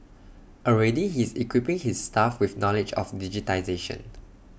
already he is equipping his staff with knowledge of digitisation